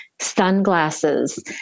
Sunglasses